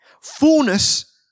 fullness